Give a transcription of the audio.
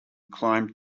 climbed